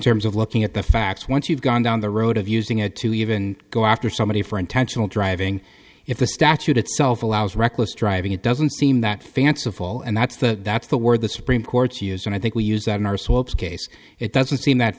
terms of looking at the facts once you've gone down the road of using it to even go after somebody for intentional driving if the statute itself allows reckless driving it doesn't seem that fanciful and that's that that's the word the supreme court's used and i think we use that in our swaps case it doesn't seem that